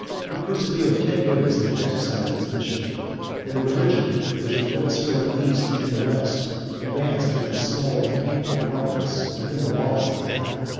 he persevered ten years in the exercise of his mission and the religion which has overspread the east and the west advanced with a slow and painful progress within the walls of mecca.